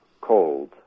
cold